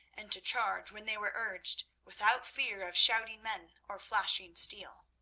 and to charge when they were urged, without fear of shouting men or flashing steel.